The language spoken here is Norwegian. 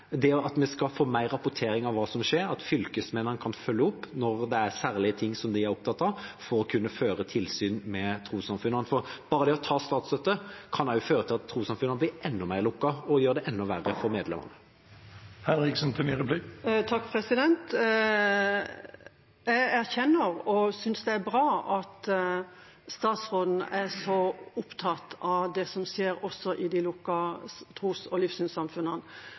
det at vi skal få mer rapportering av hva som skjer, at fylkesmennene kan følge opp når det er særlige ting som de er opptatt av, for å kunne føre tilsyn med trossamfunnene. For det å bare ta statsstøtte kan også føre til at trossamfunnene blir enda mer lukket, og gjøre det enda verre for medlemmene. Jeg erkjenner – og synes det er bra – at statsråden er så opptatt av det som skjer også i de lukkede tros- og livssynssamfunnene.